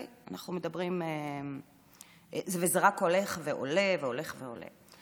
אנחנו מדברים וזה רק הולך ועולה והולך ועולה.